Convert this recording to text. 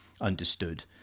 understood